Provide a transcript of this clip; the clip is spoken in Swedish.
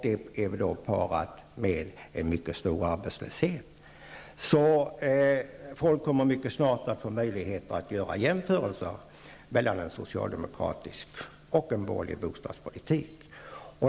Det är parat med en mycket stor arbetslöshet. Folk kommer mycket snart att få tillfälle att göra jämförelser mellan en socialdemokratisk och en borgerlig bostadspolitik.